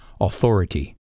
authority